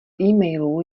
emailů